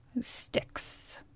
Sticks